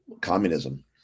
communism